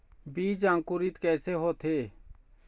बीज अंकुरित कैसे होथे?